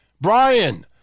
Brian